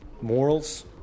Morals